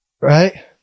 Right